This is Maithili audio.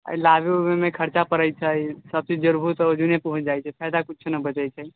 लाबे उबेमे खर्चा पड़ैत छै सभचीज जोड़बुहू तऽ दूने पहुँच जाइत छै फायदा कुछो नहि बचैत छै